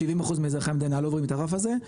70% מאזרחי המדינה לא עוברים את הרף הזה,